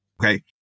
okay